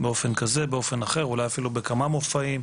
באופן כזה, באופן אחר, אולי אפילו בכמה מופעים.